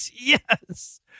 yes